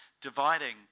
dividing